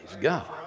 God